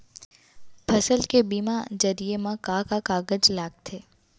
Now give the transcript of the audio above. फसल के बीमा जरिए मा का का कागज लगथे?